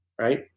right